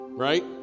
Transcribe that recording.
Right